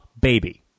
Baby